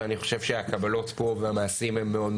ואני חושב שהקבלות פה והמעשים הם מאוד,